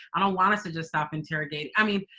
i don't want us to just stop interrogating, i mean,